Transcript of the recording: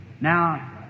Now